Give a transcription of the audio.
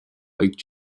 liked